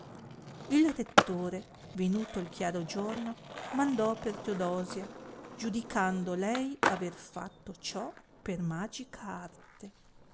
il rettore venuto il chiaro giorno mandò per teodosia giudicando lei aver fatto ciò per magica arte